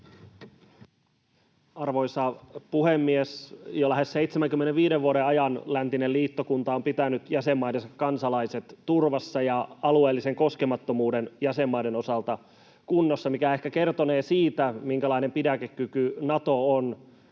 Arvoisa puhemies! Jo lähes 75 vuoden ajan läntinen liittokunta on pitänyt jäsenmaidensa kansalaiset turvassa ja alueellisen koskemattomuuden jäsenmaiden osalta kunnossa, mikä ehkä kertonee siitä, minkälainen pidäkekyky Nato on